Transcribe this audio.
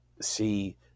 see